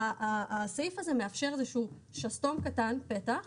הסעיף הזה מאפשר איזשהו שסתום קטן או פתח,